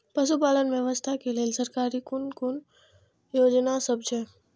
पशु पालन व्यवसाय के लेल सरकारी कुन कुन योजना सब छै?